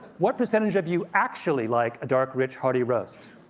what percentage of you actually like a dark, rich, hearty roast?